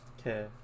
okay